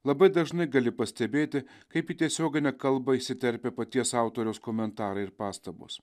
labai dažnai gali pastebėti kaip į tiesioginę kalbą įsiterpia paties autoriaus komentarai ir pastabos